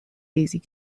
basic